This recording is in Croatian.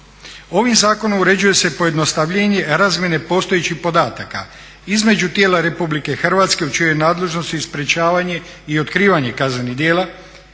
Ovim zakonom uređuje se pojednostavljenje razmjene postojećih podataka između tijela RH u čijoj je nadležnosti i sprečavanje i otkrivanje kaznenih djela,